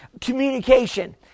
communication